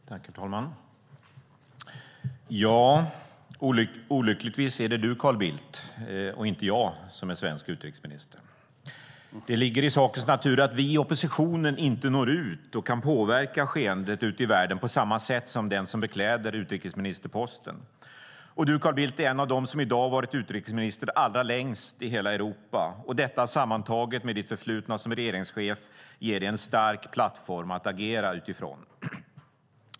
Herr talman! Olyckligtvis är det du, Carl Bildt, och inte jag som är svensk utrikesminister. Det ligger i sakens natur att vi i oppositionen inte når ut och kan påverka skeendet ute i världen på samma sätt som den som bekläder utrikesministerposten. Du, Carl Bildt, är i dag en av dem som har varit utrikesminister allra längst i hela Europa. Detta sammantaget med ditt förflutna som regeringschef ger dig en stark plattform att agera utifrån.